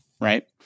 Right